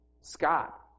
Scott